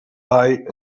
buy